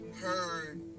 heard